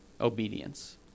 obedience